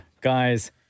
guys